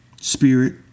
spirit